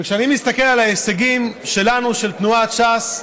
וכשאני מסתכל על ההישגים שלנו, של תנועת ש"ס,